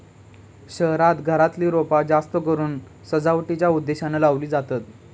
शहरांत घरातली रोपा जास्तकरून सजावटीच्या उद्देशानं लावली जातत